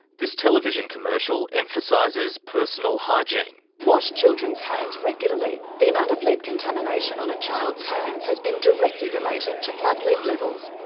this television commercial emphasises personal hygiene. wash children's hands regularly. the amount of lead contamination on a child's hands has been directly related to blood lead levels.